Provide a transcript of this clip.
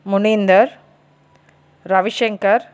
Muninder Ravi Shankar